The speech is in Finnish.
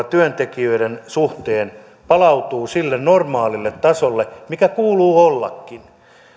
työntekijöiden suhteen palautuu sille normaalille tasolle mikä kuuluu ollakin